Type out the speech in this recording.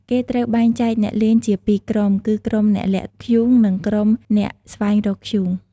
គេត្រូវបែងចែកអ្នកលេងជា ពីរក្រុម គឺក្រុមអ្នកលាក់ធ្យូង និងក្រុមអ្នកស្វែងរកធ្យូង។